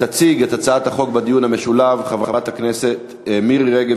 תציג את הצעות החוק בדיון המשולב חברת הכנסת מירי רגב,